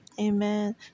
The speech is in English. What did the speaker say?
Amen